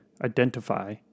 identify